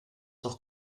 doch